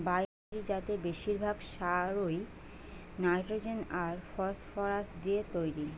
binary জাতের বেশিরভাগ সারই নাইট্রোজেন আর ফসফরাস দিয়ে তইরি